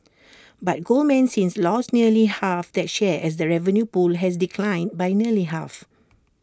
but Goldman since lost nearly half that share as the revenue pool has declined by nearly half